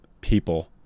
people